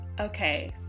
Okay